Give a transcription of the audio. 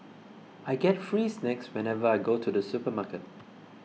I get free snacks whenever I go to the supermarket